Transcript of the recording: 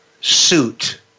suit